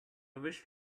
wish